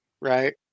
right